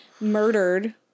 murdered